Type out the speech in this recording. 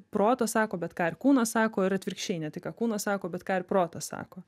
protas sako bet ką ir kūnas sako ir atvirkščiai ne tik ką kūnas sako bet ką ir protas sako